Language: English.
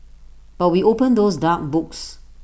but we opened those dark books